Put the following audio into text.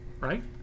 right